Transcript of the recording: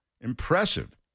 Impressive